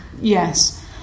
yes